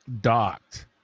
docked